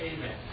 Amen